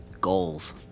Goals